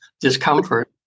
discomfort